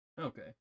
Okay